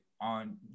on